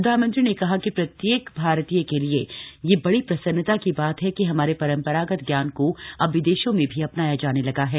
प्रधानमंत्री ने कहा कि प्रत्येक भारतीय के लिए यह बड़ी प्रसन्नता की बात है कि हमारे परंपरागत ज्ञान को अब विदेशों में भी अपनाया जाने लगा है